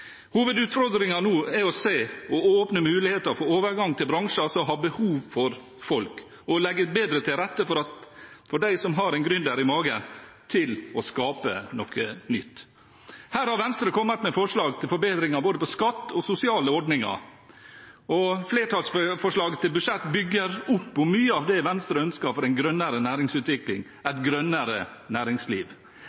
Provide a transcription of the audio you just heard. Hovedutfordringen nå er å se og åpne muligheter for overgang til bransjer som har behov for folk, og å legge bedre til rette for at de som har en gründer i magen, kan skape noe nytt. Her har Venstre kommet med forslag til forbedringer på både skatt og sosiale ordninger. Flertallsforslaget til budsjett bygger opp om mye av det Venstre ønsker for en grønnere næringsutvikling – et grønnere næringsliv.